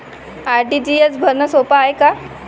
RTGS भरनं सोप हाय का?